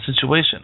situation